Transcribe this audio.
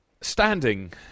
standing